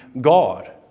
God